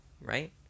right